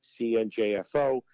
CNJFO